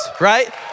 right